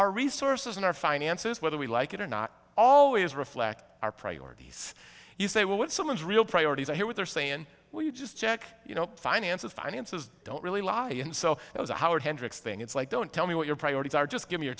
our resources and our finances whether we like it or not always reflect our priorities you say well what someone's real priorities are here what they're saying well you just check you know finances finances don't really lobby and so it was a howard hendricks thing it's like don't tell me what your priorities are just give me your